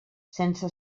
sense